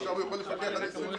עכשיו הוא יכול לפקח על 28,